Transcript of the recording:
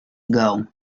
ago